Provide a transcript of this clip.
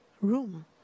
room